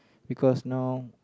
because now